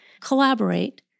Collaborate